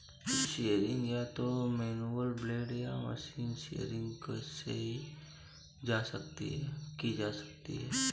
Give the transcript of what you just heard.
shearing या तो manual blade या मशीन शीयर से की जा सकती है